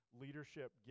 leadership